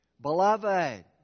Beloved